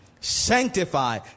Sanctify